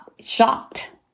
shocked